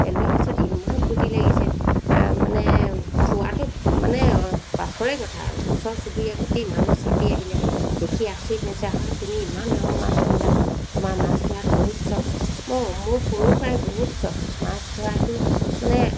পেলোৱা পাছত ইমান ফূৰ্তি লাগিছে মানে খোৱাতো মানে পাছৰে কথা আৰু ওচৰ চুবুৰীয়া গোটেই মানুহ চাপি আহিলে দেখি আচৰিত মানিছে আ তুমি ইমান ডাঙৰ মাছ ধৰিলা তোমাৰ মাছ ধৰাত বহুত চখ ম মোৰ সৰুৰ পৰাই বহুত চখ মাছ ধৰাটো মানে